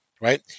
right